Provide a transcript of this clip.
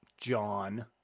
John